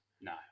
No